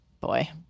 boy